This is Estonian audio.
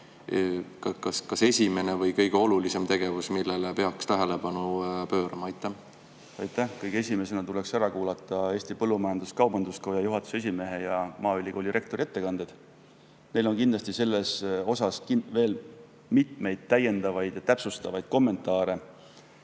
kas esimene või kõige olulisem tegevus, millele peaks tähelepanu pöörama? Aitäh! Kõige esimesena tuleks ära kuulata Eesti Põllumajandus-Kaubanduskoja juhatuse esimehe ja maaülikooli rektori ettekanded. Neil on kindlasti selle kohta veel täiendavaid ja täpsustavaid kommentaare.